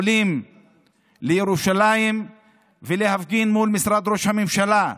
כולנו עולים לירושלים להפגין מול משרד ראש הממשלה.